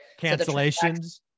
cancellations